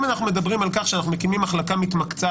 אם אנחנו מדברים על כך שאנחנו מקימים מחלקה מתמקצעת